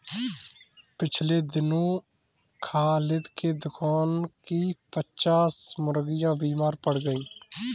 पिछले दिनों खालिद के दुकान की पच्चास मुर्गियां बीमार पड़ गईं